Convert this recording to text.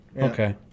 Okay